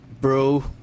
bro